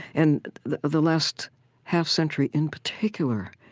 and the the last half-century, in particular,